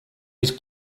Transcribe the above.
his